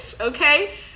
Okay